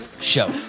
show